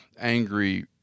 angry